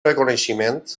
reconeixement